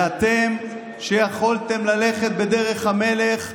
ואתם, שיכולתם ללכת בדרך המלך,